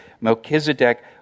Melchizedek